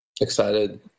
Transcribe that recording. excited